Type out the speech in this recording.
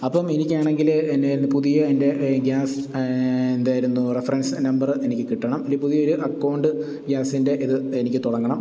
അപ്പോള് എനിക്കാണെങ്കില് എന്നായിരുന്നു പുതിയ എൻ്റെ ഗ്യാസ് എന്തായിരുന്നു റഫറൻസ് നമ്പർ എനിക്ക് കിട്ടണം ഒരു പുതിയൊരു അക്കൗണ്ട് ഗ്യാസിൻ്റെ ഇത് എനിക്ക് തുടങ്ങണം